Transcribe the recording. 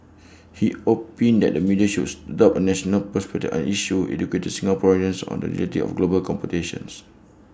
he opined that the media should adopt A national perspective on issues educating Singaporeans on the reality of global competition